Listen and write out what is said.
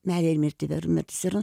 meile ir mirtimi ar mirtis yra